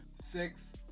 six